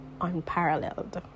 unparalleled